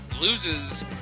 Loses